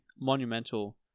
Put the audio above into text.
monumental